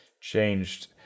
changed